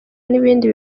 n’ibindi